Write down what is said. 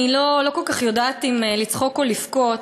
אני לא כל כך יודעת אם לצחוק או לבכות,